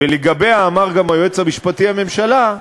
ולגביה אמר גם היועץ המשפטי לממשלה,